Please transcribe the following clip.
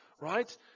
right